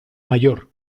mayor